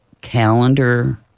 calendar